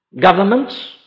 Governments